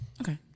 Okay